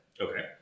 Okay